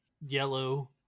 yellow